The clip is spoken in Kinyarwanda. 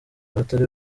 abatari